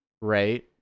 right